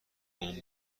اون